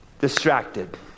Distracted